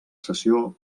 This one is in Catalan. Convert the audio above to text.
sessió